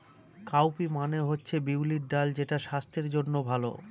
cowpea মানে হচ্ছে বিউলির ডাল যেটা স্বাস্থ্যের জন্য ভালো